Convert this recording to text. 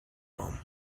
arm